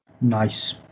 Nice